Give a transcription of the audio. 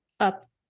up